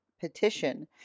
petition